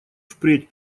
впредь